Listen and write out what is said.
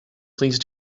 please